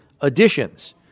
additions